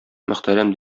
мөхтәрәм